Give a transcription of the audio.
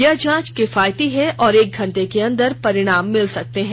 यह जांच किफायती है और एक घंटे के अंदर परिणाम मिल सकते हैं